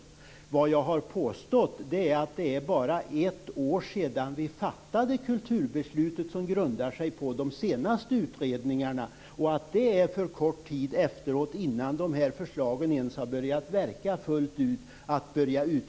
Däremot har jag påstått att det bara är ett år sedan vi fattade det kulturbeslut som grundar sig på de senaste utredningarna och att det är för kort tid att börja utreda på nytt innan de här förslagen ens har börjat verka fullt ut.